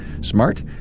Smart